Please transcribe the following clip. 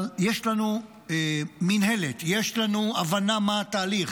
אבל יש לנו מינהלת, יש לנו הבנה מה התהליך,